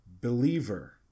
believer